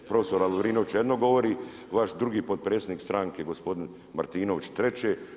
Profesor Lovrinović jedno govori, vaš drugi potpredsjednik stranke gospodin Martinović treće.